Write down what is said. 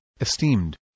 esteemed